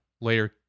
layer